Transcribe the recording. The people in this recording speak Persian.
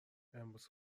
امروز